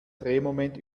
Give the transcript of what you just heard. drehmoment